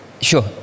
Sure